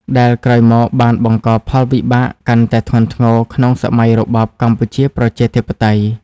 ដែលក្រោយមកបានបង្កផលវិបាកកាន់តែធ្ងន់ធ្ងរក្នុងសម័យរបបកម្ពុជាប្រជាធិបតេយ្យ។